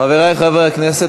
חברי חברי הכנסת,